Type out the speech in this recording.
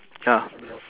ya